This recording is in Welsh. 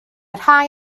rhai